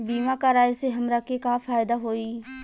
बीमा कराए से हमरा के का फायदा होई?